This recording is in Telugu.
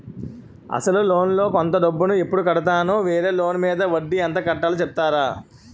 అసలు లోన్ లో కొంత డబ్బు ను ఎప్పుడు కడతాను? వేరే లోన్ మీద వడ్డీ ఎంత కట్తలో చెప్తారా?